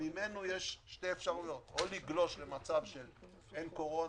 וממנו יש שתי אפשרויות או לגלוש למצב של אין קורונה,